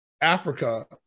Africa